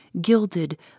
gilded